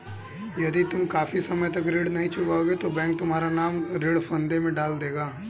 यदि तुम काफी समय तक ऋण नहीं चुकाओगे तो बैंक तुम्हारा नाम ऋण फंदे में डाल देगा